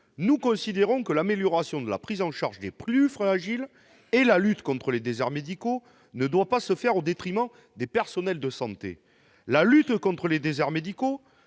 Nous considérons que l'amélioration de la prise en charge des plus fragiles et la lutte contre les déserts médicaux ne doivent pas se faire au détriment des personnels de santé. La lutte contre les déserts médicaux